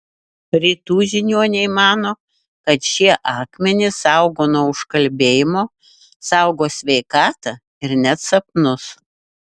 rytų žiniuoniai mano kad šie akmenys saugo nuo užkalbėjimo saugo sveikatą ir net sapnus